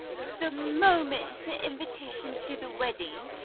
the moment the invitation to the wedding.